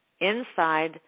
inside